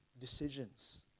decisions